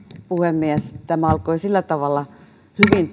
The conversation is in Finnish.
puhemies tämä istunto alkoi sillä tavalla hyvin